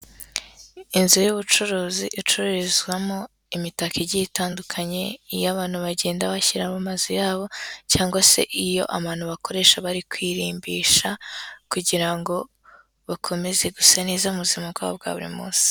Inzu y'ubucuruzi icururizwamo imitako igiye itandukanye, iyo abantu bagenda bashyira mu mazu yabo cyangwa se iyo abantu bakoresha bari kwirimbisha, kugira ngo bakomeze gusa neza mu buzima bwabo bwa buri munsi.